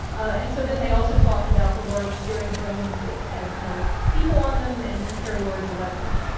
and so, then they also talk about the large scary drones that have no people on them and can carry larger weapons.